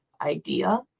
idea